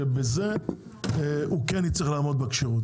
שבזה הוא כן יצטרך לעמוד בתנאי הכשירות,